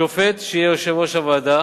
שופט שיהיה יושב-ראש הוועדה